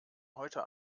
heute